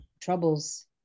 troubles